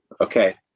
Okay